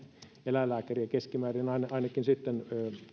eläinlääkäriä keskimäärin ainakin